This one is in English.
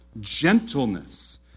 Gentleness